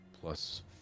plus